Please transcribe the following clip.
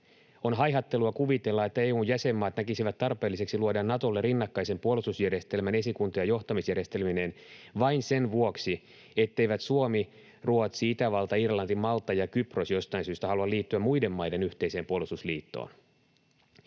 On haihattelua kuvitella, että EU:n jäsenmaat näkisivät tarpeelliseksi luoda Natolle rinnakkaisen puolustusjärjestelmän esikunta‑ ja johtamisjärjestelyineen vain sen vuoksi, etteivät Suomi, Ruotsi, Itävalta, Irlanti, Malta ja Kypros jostain syystä halua liittyä muiden maiden yhteiseen puolustusliittoon.